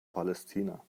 palästina